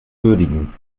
würdigen